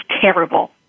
terrible